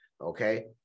Okay